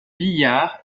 billard